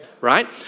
right